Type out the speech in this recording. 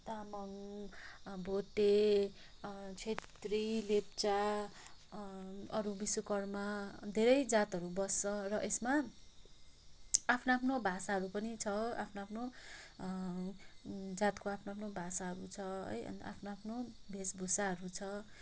तामाङ भोटे छेत्री लेप्चा अरू विश्वकर्म धेरै जातहरू बस्छ र यसमा आफ्नो आफ्नो भाषाहरू पनि छ आफ्नो आफ्नो जातको आफ्नो आफ्नो भाषाहरू छ है आफ्नो आफ्नो वेशभूषाहरू छ